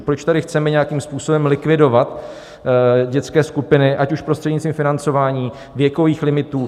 Proč tady chceme nějakým způsobem likvidovat dětské skupiny, ať už prostřednictvím financování, věkových limitů?